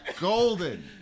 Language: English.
Golden